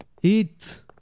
Eat